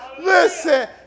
Listen